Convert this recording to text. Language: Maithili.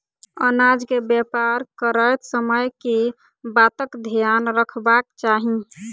अनाज केँ व्यापार करैत समय केँ बातक ध्यान रखबाक चाहि?